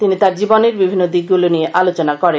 তিনি তার জীবনের বিভিন্ন দিকগুলো নিয়ে আলোচনা করেন